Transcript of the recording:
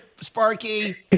Sparky